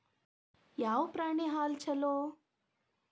ಯಾವ ಪ್ರಾಣಿ ಹಾಲು ಛಲೋ?